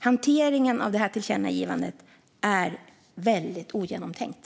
Hanteringen av detta förslag till tillkännagivande är väldigt ogenomtänkt.